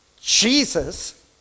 Jesus